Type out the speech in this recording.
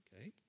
Okay